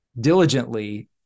diligently